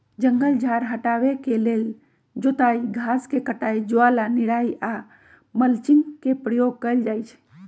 जङगल झार हटाबे के लेल जोताई, घास के कटाई, ज्वाला निराई आऽ मल्चिंग के प्रयोग कएल जाइ छइ